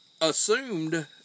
assumed